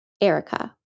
Erica